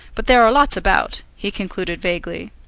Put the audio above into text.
but there are lots about, he concluded vaguely.